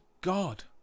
god